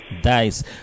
Dice